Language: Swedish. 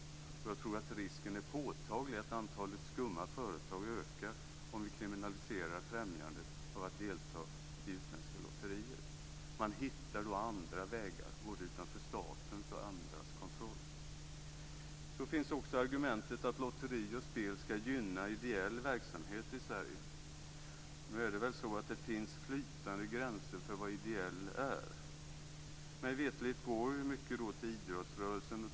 Jag tror att risken är påtaglig att antalet skumma företag ökar om vi kriminaliserar främjandet av att delta i utländska lotterier. Man hittar då andra vägar, utanför både statens och andras kontroll. Sedan finns också argumentet att lotteri och spel skall gynna ideell verksamhet i Sverige. Nu är det väl så att det finns flytande gränser för vad "ideell" är. Mig veterligt går mycket till idrottsrörelsen.